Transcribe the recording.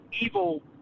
evil